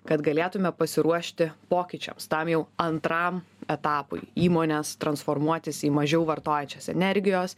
kad galėtume pasiruošti pokyčiams tam jau antram etapui įmonės transformuotis į mažiau vartojančias energijos